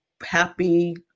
happy